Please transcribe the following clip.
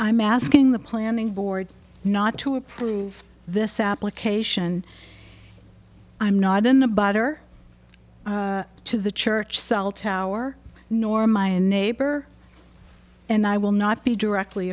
i'm asking the planning board not to approve this application i'm not in the butter to the church cell tower nor my neighbor and i will not be directly